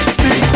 see